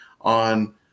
on